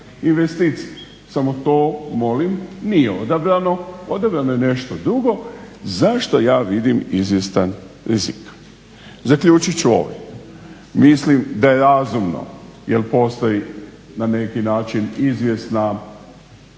investicija. Samo to molim nije odabrano, odabrano je nešto drugo za što ja vidim izvjestan rizik. Zaključit ću ovim, mislim da je razumno jer postoji na neki način izvjesna pa